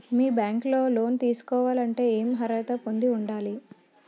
మీ bank లో loan తీసుకోవాలంటే ఎం అర్హత పొంది ఉండాలి?